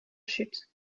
chute